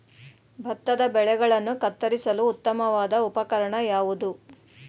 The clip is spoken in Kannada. ಭತ್ತದ ಬೆಳೆಗಳನ್ನು ಕತ್ತರಿಸಲು ಉತ್ತಮವಾದ ಉಪಕರಣ ಯಾವುದು?